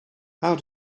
how